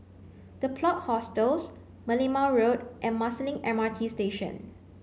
the Plot Hostels Merlimau Road and Marsiling M R T Station